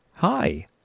Hi